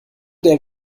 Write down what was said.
der